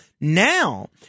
now